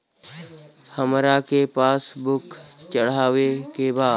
हमरा के पास बुक चढ़ावे के बा?